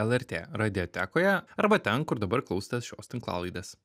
lrt radiotekoje arba ten kur dabar klausėtės šios tinklalaidės